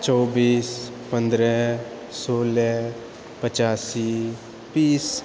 चौबीस पन्द्रह सोलह पचासी बीस